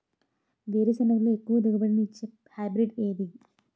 వేరుసెనగ లో ఎక్కువ దిగుబడి నీ ఇచ్చే హైబ్రిడ్ ఏది?